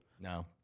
No